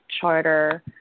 Charter